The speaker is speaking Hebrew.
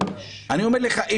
אני אומר לך אישית,